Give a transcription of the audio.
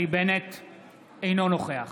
אינו נוכח